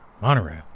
Monorail